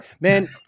Man